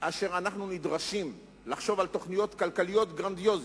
אשר אנחנו נדרשים לחשוב על תוכניות כלכליות גרנדיוזיות,